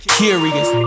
curious